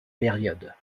période